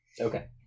Okay